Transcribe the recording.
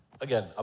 Again